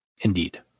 Indeed